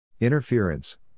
Interference